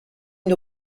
une